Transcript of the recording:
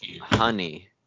honey